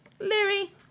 Larry